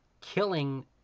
killing